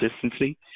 consistency